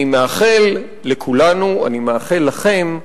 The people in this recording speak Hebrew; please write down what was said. אני מאחל לכולנו, אני מאחל לכם,